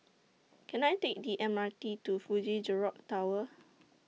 Can I Take The M R T to Fuji Jerox Tower